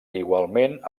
igualment